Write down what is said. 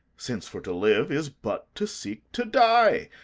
since for to live is but to seek to die,